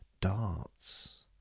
darts